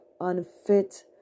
unfit